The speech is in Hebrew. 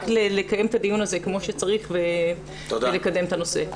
לקיים את הדיון הזה כמו שצריך ולקדם את הנושא.